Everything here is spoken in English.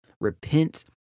Repent